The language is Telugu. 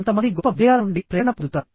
కొంతమంది గొప్ప విజయాల నుండి ప్రేరణ పొందుతారు